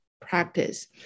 practice